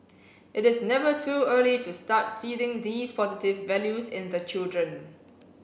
it is never too early to start seeding these positive values in the children